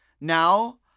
now